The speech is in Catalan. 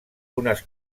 unes